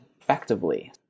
effectively